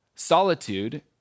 Solitude